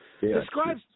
Describe